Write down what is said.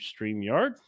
StreamYard